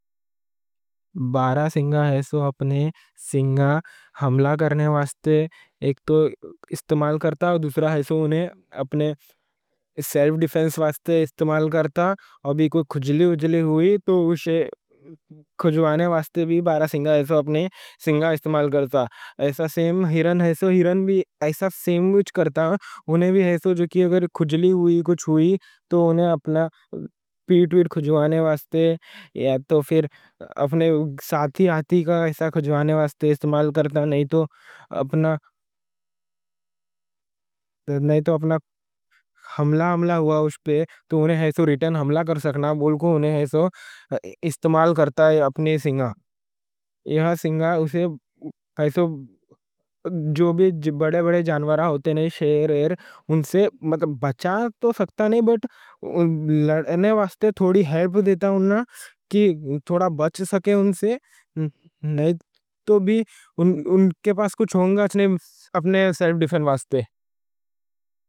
بارہ سنگا ہےسو اپنے سنگا حملہ کرنے واسطے ایک تو استعمال کرتا۔ اور دوسرا ہےسو اپنے سیلف ڈیفینس واسطے استعمال کرتا۔ اور بھی خُجلی ہوئی تو اُس کو خُجھوانے واسطے بھی بارہ سنگا ہےسو اپنے سنگا استعمال کرتا، ایسا سیم ہِرن ہےسو۔ ہِرن بھی ایسا سیم وچ کرتا، انہیں بھی ہےسو جو کہ اگر خُجلی ہوئی کچھ ہوئی تو اپنا پیٹھ ویٹھ خُجھوانے واسطے۔ اپنے ساتھی آتی کا ایسا خُجھوانے واسطے استعمال کرتا، نہیں تو اپنا حملہ ہوا اُس پہ تو انہیں ہےسو حملہ کر سکنا، انہیں ہےسو استعمال کرتا ہے۔ اپنے سنگا یہاں سنگا ہےسو جو بڑے بڑے جانور ہوتے ہیں، شیر ایر اُن سے بچا تو سکتا نہیں، بٹ لڑنے واسطے تھوڑی ہیلپ دیتا، انہا کہ تھوڑا بچ سکے ان سے۔ تو بھی اُن کے پاس کچھ ہوگا اپنے سیلف ڈیفینس واسطے۔